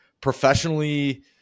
professionally